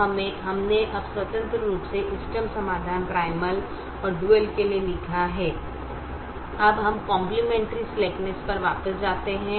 तो हमने अब स्वतंत्र रूप से इष्टतम समाधान प्राइमल और डुअल के लिए लिखा है अब हम काम्प्लमेन्टरी स्लैक्नस पर वापस जाते हैं